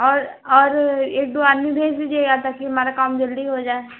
और और एक दो आदमी भेज दीजिए यहाँ ताकि हमारा काम जल्दी हो जाए